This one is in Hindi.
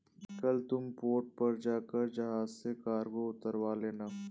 कल तुम पोर्ट पर जाकर जहाज से कार्गो उतरवा लेना